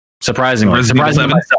Surprisingly